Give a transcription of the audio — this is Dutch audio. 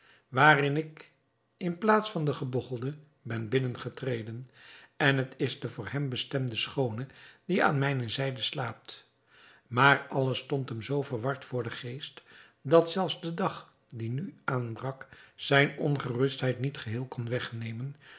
waarin ik in plaats van den gebogchelde ben binnen getreden en het is de voor hem bestemde schoone die aan mijne zijde slaapt maar alles stond hem zoo verward voor den geest dat zelfs de dag die nu aanbrak zijne ongerustheid niet geheel kon wegnemen